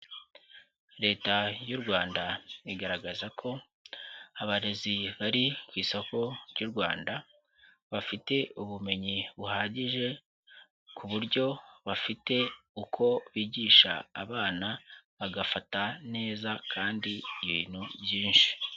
Leta y'u Rwanda igaragaza ko abarezi bari ku isoko ry'u Rwanda bafite ubumenyi buhagije ku buryo bafite uko bigisha abana bagafata neza kandi ibintu byinshi.